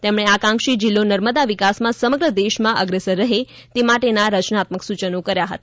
તેમણે આકાંક્ષી જીલ્લો નર્મદા વિકાસમાં સમગ્ર દેશમાં અગ્રેસર રહે તે માટેના રચનાત્મક સૂચનો કર્યા હતા